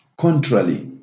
contrarily